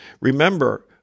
Remember